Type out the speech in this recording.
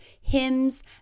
hymns